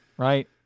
Right